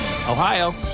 Ohio